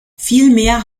vielmehr